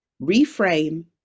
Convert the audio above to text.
reframe